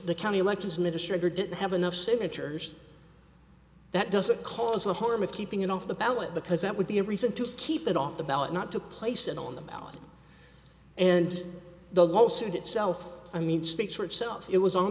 the county elections in the district are didn't have enough signatures that doesn't cause the harm of keeping it off the ballot because that would be a reason to keep it off the ballot not took place and on the ballot and the lawsuit itself i mean speaks for itself it was on